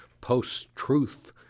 post-truth